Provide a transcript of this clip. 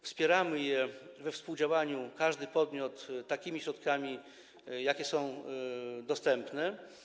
Wspieramy je w ramach współdziałania, każdy podmiot, takimi środkami, jakie są dostępne.